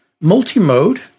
Multi-mode